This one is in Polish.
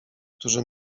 którzy